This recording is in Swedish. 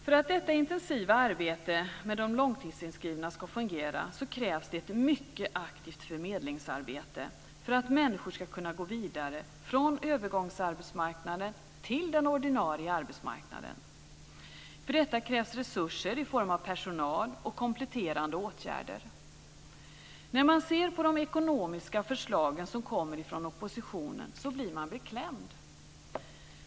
För att detta intensiva arbete med de långtidsinskrivna ska fungera, för att människor ska kunna gå vidare från övergångsarbetsmarknaden till den ordinarie arbetsmarknaden, krävs det ett mycket aktivt förmedlingsarbete. För detta krävs resurser i form av personal och kompletterande åtgärder. När man ser på de ekonomiska förslag som kommer från oppositionen blir man beklämd.